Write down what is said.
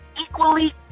equally